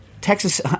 Texas